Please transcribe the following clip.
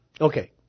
Okay